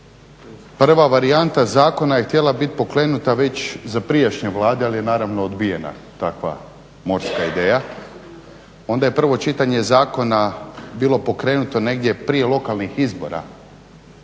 Prva varijanta zakona je htjela biti pokrenuta već za prijašnje Vlade ali je naravno odbijena morska ideja. Onda je prvo čitanje zakona bilo pokrenuto negdje prije lokalnih izbora